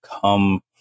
come